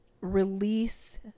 release